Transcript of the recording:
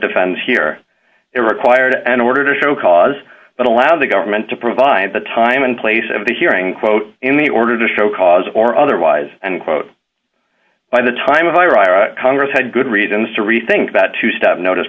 defines here it required an order to show cause but allow the government to provide the time and place of the hearing quote in the order to show cause or otherwise and quote by the time of iraq congress had good reasons to rethink that to stop notice